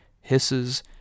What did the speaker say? hisses